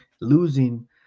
losing